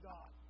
God